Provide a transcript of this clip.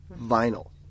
vinyl